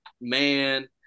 man